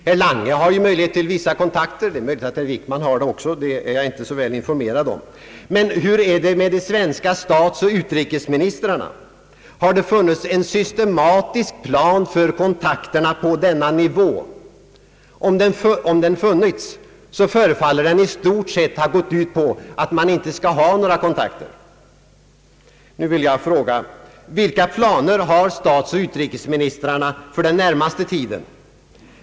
Herr Lange har ju möjligheter till vissa kontakter, och det är möjligt att herr Wickman också har det — jag är inte så väl informerad härom. Men hur är det med de svenska statsoch utrikesministrarna? Har det funnits en systematisk plan för kontakterna på denna nivå? Om den funnits, förefaller den i stort sett ha gått ut på att man inte skall ha några kontakter. Nu vill jag fråga: Vilka planer har statsoch utrikesministrarna för den närmaste tiden?